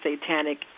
satanic